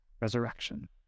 resurrection